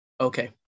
okay